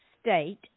state